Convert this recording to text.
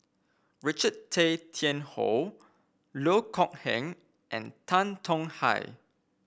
Richard Tay Tian Hoe Loh Kok Heng and Tan Tong Hye